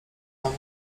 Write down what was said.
tam